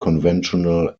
conventional